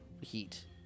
heat